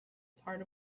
part